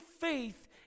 faith